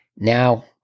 Now